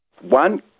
One